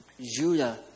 Judah